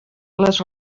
les